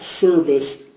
service